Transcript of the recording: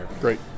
great